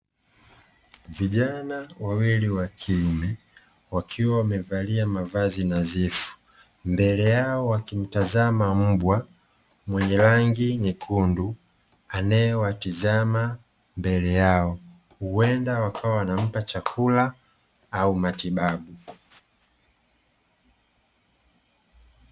Vijana wawili wa kiume wakiwa wamevalia mavazi nadhifu, mbele yao wakimtazama mbwa, mwenye rangi nyekundu, anayewatazama mbele yao, huenda wakawa wanampa chakula au matibabu.